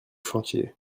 chantiez